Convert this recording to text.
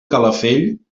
calafell